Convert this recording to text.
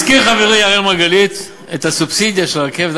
הזכיר חברי אראל מרגלית את הסובסידיה של הרכבת,